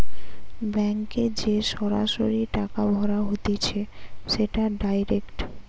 ব্যাংকে যে সরাসরি টাকা ভরা হতিছে সেটা ডাইরেক্ট